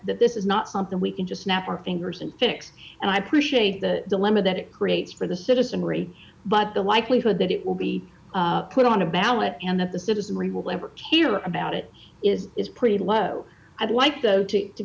that this is not something we can just snap our fingers and fix and i appreciate the dilemma that it creates for the citizenry but the likelihood that it will be put on a ballot and that the citizenry will ever hear about it is is pretty low i'd like though to to